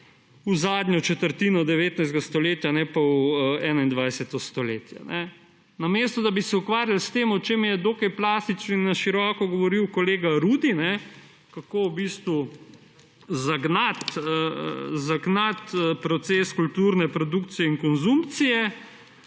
zadnje četrtine 19. stoletja, ne pa v 21. stoletje. Namesto da bi se ukvarjali s tem, o čemer je dokaj plastično in na široko govoril kolega Rudi, kako zagnati proces kulturne produkcije in konzumpcije